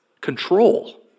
control